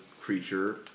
creature